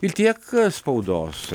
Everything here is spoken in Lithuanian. ir tiek spaudos